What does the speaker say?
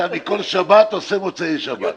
אחמד, אתה מכל שבת עושה מוצאי שבת.